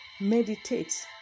meditate